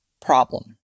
problem